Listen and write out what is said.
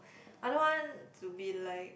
I don't want to be like